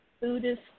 Buddhist